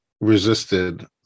resisted